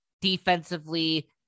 defensively